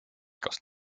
kas